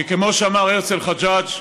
כי כמו שאמר הרצל חג'ג',